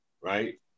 right